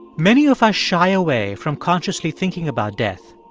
many of us shy away from consciously thinking about death.